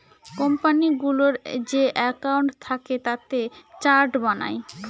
কোম্পানিগুলোর যে একাউন্ট থাকে তাতে চার্ট বানায়